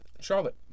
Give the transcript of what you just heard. Charlotte